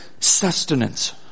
sustenance